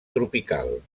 tropical